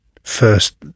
First